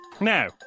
Now